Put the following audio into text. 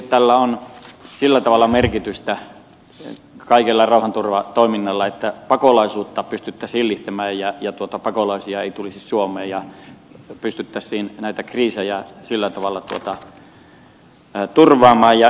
tietysti on sillä tavalla merkitystä kaikella rauhanturvatoiminnalla että pakolaisuutta pystyttäisiin hillitsemään ja pakolaisia ei tulisi suomeen ja pystyttäisiin näitä kriisejä sillä tavalla turvaamaan ja ennalta ehkäisemään